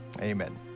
amen